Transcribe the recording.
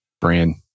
brand